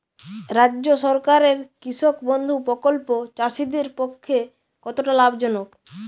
রাজ্য সরকারের কৃষক বন্ধু প্রকল্প চাষীদের পক্ষে কতটা লাভজনক?